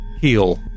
heal